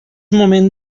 moment